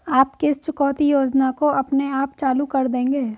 आप किस चुकौती योजना को अपने आप चालू कर देंगे?